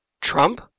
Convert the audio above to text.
Trump